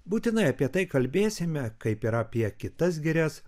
būtinai apie tai kalbėsime kaip ir apie kitas girias